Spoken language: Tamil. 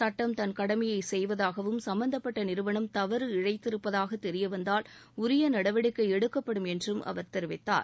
சுட்டம் தன் கடமையை செய்வதாகவும் சம்மந்தப்பட்ட நிறுவனம் தவறு இழைத்திருப்பதாக தெரியவந்தால் உரிய நடவடிக்கை எடுக்கப்படும் என்றும் அவர் தெரிவித்தார்